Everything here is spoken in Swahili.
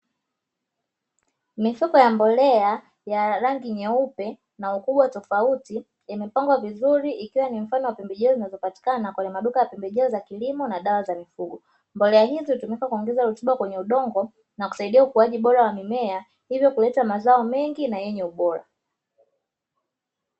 Mifuko ya mbolea ya rangi nyeupe na ukubwa tofauti yamepangwa vizuri ikiwa ni mfano wa pembejeo zinazopatikana kwenye maduka ya pembejeo za kilimo na dawa za mifugo. Mbolea hizi hutumika kuongeza rutuba kwenye udongo na kusaidia ukuaji bora wa mimea hivyo kuleta mazao mengi na yenye ubora.